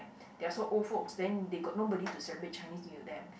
they are so old folks then they got no body to celebrate Chinese New Year